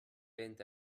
bent